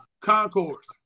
Concourse